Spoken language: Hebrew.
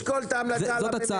אנחנו נשקול את ההמלצה הזאת.